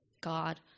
God